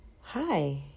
Hi